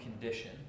condition